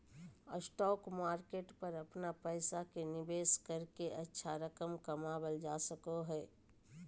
stock market पर अपन पैसा के निवेश करके अच्छा रकम कमावल जा सको हइ